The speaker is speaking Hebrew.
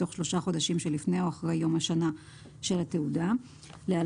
בתוך שלושה חודשים שלפני או אחרי יום השנה של התעודה (להלן